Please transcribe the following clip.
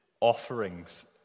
offerings